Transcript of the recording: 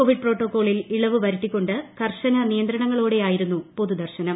Covid പ്രോട്ടോകോളിൽ ഇളവ് വരുത്തിക്കൊണ്ട് കർശന നിയന്ത്രണങ്ങളോടെയായിരുന്നുപൊതുദർശനം